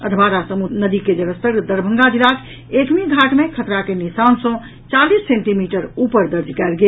अधवारा समूह नदी के जलस्तर दरभंगा जिलाक एकमीघाट मे खतरा के निशान सँ चालीस सेंटीमीटर ऊपर दर्ज कयल गेल